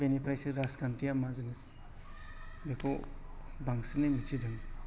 बेनिफ्रायसो राजखान्थिया मा जिनिस बेखौ बांसिनै मिथिदों